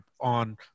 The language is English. on